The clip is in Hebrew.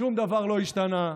שום דבר לא השתנה.